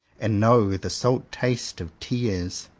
and know the salt taste of tears.